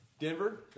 Denver